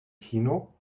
kino